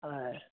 हय